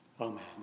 Amen